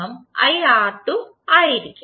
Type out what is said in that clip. ആയിരിക്കും